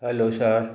hello sir